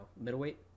middleweight